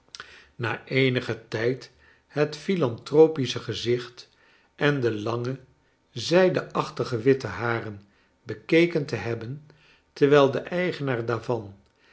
na eenigen tijd het philantropische gezicht en de lange zijdeachtige witte haren bekeken te hebben terwijl de eigenaar daarvan